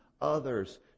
others